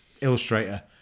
illustrator